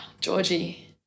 Georgie